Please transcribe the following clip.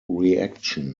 reaction